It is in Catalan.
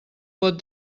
pot